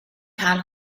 cael